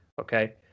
okay